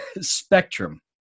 spectrum